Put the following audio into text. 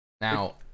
Now